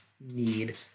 need